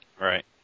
Right